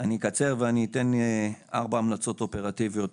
אני אקצר ואתן ארבע המלצות אופרטיביות,